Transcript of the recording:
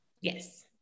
Yes